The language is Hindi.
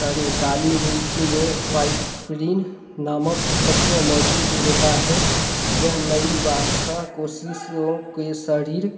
करें काली मिर्ची में पापरी नामक तत्व मौजूद होता है यह नई वसा कोशिकाओं के शरीर